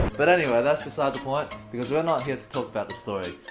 but anyway, that's beside the point, because we're not here to talk about the story.